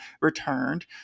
returned